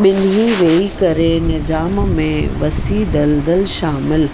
बि॒न्ही वेही करे निजाम में वसी दलदल शामिलि